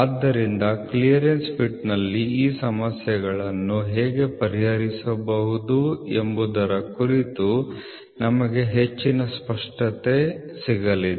ಆದ್ದರಿಂದ ಕ್ಲಿಯರೆನ್ಸ್ ಫಿಟ್ನಲ್ಲಿ ಈ ಸಮಸ್ಯೆಗಳನ್ನು ಹೇಗೆ ಪರಿಹರಿಸುವುದು ಎಂಬುದರ ಕುರಿತು ನಮಗೆ ಹೆಚ್ಚಿನ ಸ್ಪಷ್ಟತೆ ಇದೆ